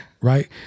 Right